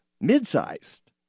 mid-sized